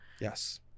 Yes